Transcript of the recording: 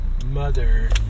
mother